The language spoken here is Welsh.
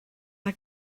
mae